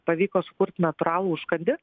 pavyko sukurt natūralų užkandį